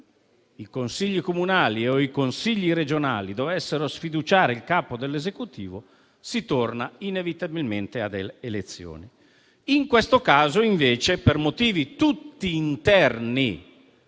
i Consigli comunali o regionali dovessero sfiduciare il capo dell'Esecutivo, si torna inevitabilmente alle elezioni. In questo caso, invece, per motivi tutti interni